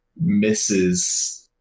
misses